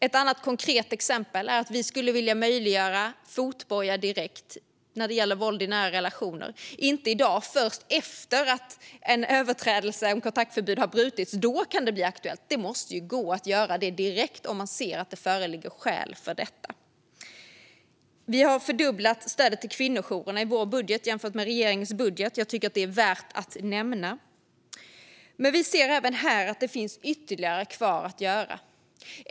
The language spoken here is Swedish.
Det tredje konkreta exemplet är att vi skulle vilja möjliggöra fotboja direkt när det gäller våld i nära relationer. Vi vill inte att det ska vara som i dag, att det kan bli aktuellt först efter att en överträdelse av kontaktförbudet har begåtts. Det måste vara möjligt med fotboja direkt om man ser att det föreligger skäl för detta. Vi har i vår budget fördubblat stödet till kvinnojourer, jämfört med regeringens budget. Jag tycker att det är värt att nämna. Men vi ser även här att det finns mer kvar att göra.